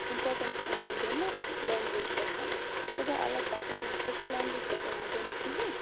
importance یِوان دِنہٕ language پٮ۪ٹھۍ سُہ گوٚو اَلگ کَتھ سُہ چھُ نہٕ کٲشِر لینگویج پٮ۪ٹھۍ یِوان دِنہٕ کینہی